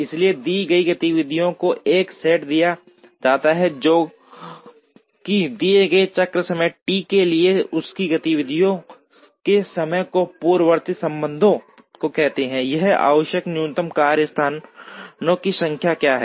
इसलिए दी गई गतिविधियों का एक सेट दिया जाता है जो कि दिए गए चक्र समय T के लिए उनकी गतिविधि के समय और पूर्ववर्ती संबंधों को देखते हुए यह आवश्यक न्यूनतम कार्यस्थानों की संख्या क्या है